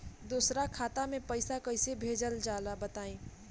दोसरा खाता में पईसा कइसे भेजल जाला बताई?